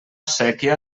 séquia